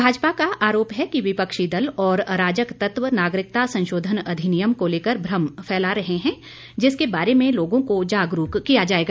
भाजपा का आरोप है कि विपक्षी दल और अराजक तत्व नागरिकता संशोधन अधिनियम को लेकर भ्रम फैला रहे हैं जिसके बारे में लोगों को जागरूक किया जाएगा